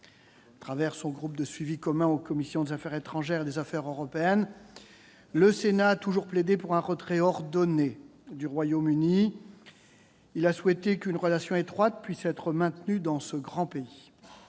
Au travers de son groupe de suivi commun aux commissions des affaires étrangères, de la défense et des forces armées et des affaires européennes, le Sénat a toujours plaidé pour un retrait ordonné du Royaume-Uni. Il a souhaité qu'une relation étroite puisse être maintenue avec ce grand pays.